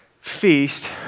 feast